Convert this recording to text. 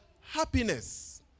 happiness